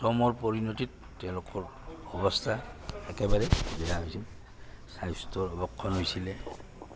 পৰিণতিত তেওঁলোকৰ অৱস্থা একেবাৰেই বেয়া হৈছিল হৈছিলে